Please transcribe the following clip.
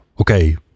okay